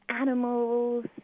animals